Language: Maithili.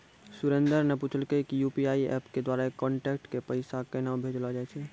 सुरेन्द्र न पूछलकै कि यू.पी.आई एप्प के द्वारा कांटैक्ट क पैसा केन्हा भेजलो जाय छै